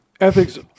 ethics